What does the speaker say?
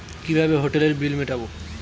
কিভাবে হোটেলের বিল মিটাব?